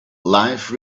life